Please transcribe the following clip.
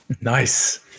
Nice